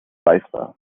cipher